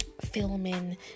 filming